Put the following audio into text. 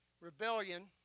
Rebellion